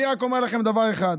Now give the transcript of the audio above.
אני אומר לכם רק דבר אחד,